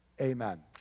Amen